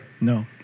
No